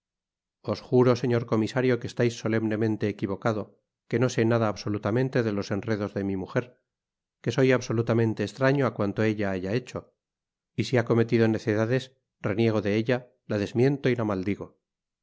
os juro señor comisario que estais solemnemente equivocado que no sé nada absolutamente de los enredos de mi mujer que soy absolutamente estraño á cuanto ella haya hecho y si ha cometido necedades reniego de ella la desmiento y la maldigo